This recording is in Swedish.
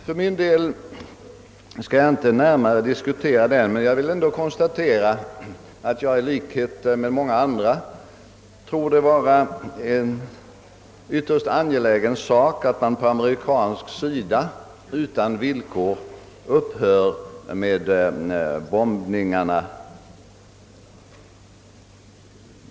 För min del skall jag inte närmare diskutera detta, men jag vill ändå konstatera att jag i likhet med många andra tror det vara ytterst angeläget att man på amerikansk sida utan villkor upphör med bombningarna.